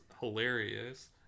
hilarious